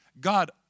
God